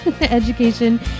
education